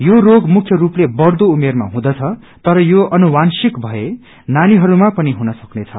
यो रोग मुख्य रूपले बढ़दो उमेरमा हुँदछ तर यो अनुवाशिंक भए नीहयमा पनि हुन सक्नेछ